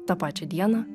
tą pačią dieną